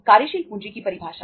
कार्यशील पूंजी की परिभाषा